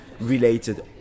related